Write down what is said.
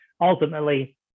ultimately